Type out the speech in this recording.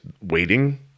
waiting